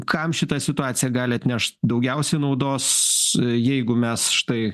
kam šita situacija gali atnešt daugiausiai naudos jeigu mes štai